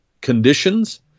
conditions